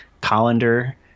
colander